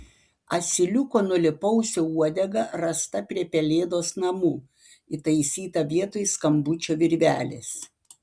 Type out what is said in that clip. asiliuko nulėpausio uodega rasta prie pelėdos namų įtaisyta vietoj skambučio virvelės